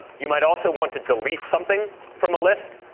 you might also want to delete something from a list.